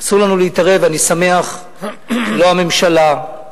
אסור לנו להתערב, ואני שמח שלא הממשלה,